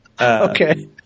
Okay